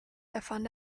erfand